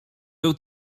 był